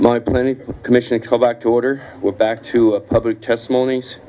my plenty commission come back to order we're back to a public testimonies